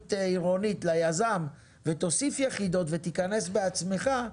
עירונית ותוסיף יחידות ותיכנס בעצמך,